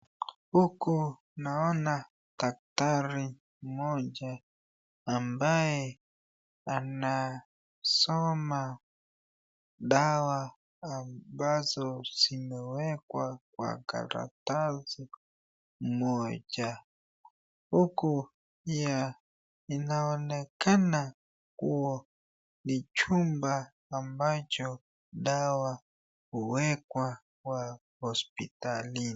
Huku naona daktari mmoja ambaye anasoma dawa ambazo zimewekwa kwa karatasi moja, huku pia inaonekana kuwa ni chumba ambacho dawa huwekwa kwa hospitalini.